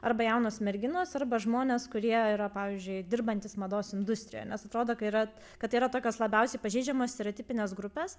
arba jaunos merginos arba žmonės kurie yra pavyzdžiui dirbantys mados industrijoje nes atrodo kaiyra kad tai yra tokios labiausiai pažeidžiamos stereotipinės grupės